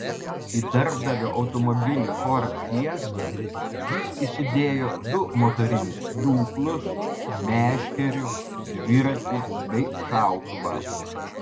į darbdavio automobilį ford fiesta jis įsidėjo du motorinius pjūklus meškerių dviratį bei šautuvą